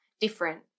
different